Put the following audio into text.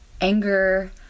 anger